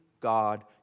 God